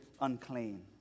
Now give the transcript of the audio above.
unclean